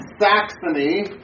Saxony